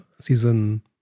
season